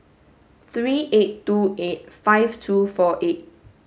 three eight two eight five two four eight